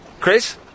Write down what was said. Chris